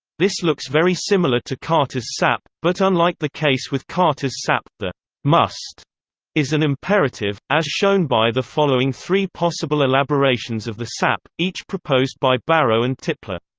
this looks very similar to carter's sap, but unlike the case with carter's sap, the must is an imperative, as shown by the following three possible elaborations of the sap, each proposed by barrow and tipler